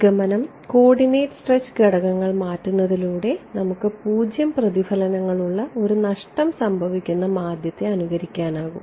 നിഗമനം coordinate stretch ഘടകങ്ങൾ മാറ്റുന്നതിലൂടെ നമുക്ക് 0 പ്രതിഫലനങ്ങളുള്ള ഒരു നഷ്ടം സംഭവിക്കുന്ന മാധ്യമത്തെ അനുകരിക്കാനാകും